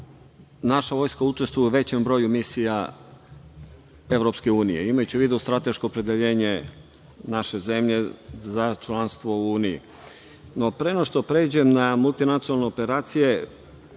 naša vojska učestvuje u većem broju misija EU, imajući u vidu strateško opredeljenje naše zemlje za članstvo u Uniji. Pre nego što pređem na multinacionalne operacije